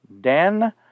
Dan